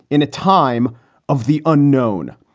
in a time of the unknown,